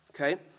okay